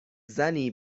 زنی